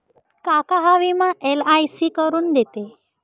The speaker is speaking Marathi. काका हा विमा एल.आय.सी करून देते